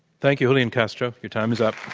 thank you, julian castro. your time is up.